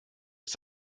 ist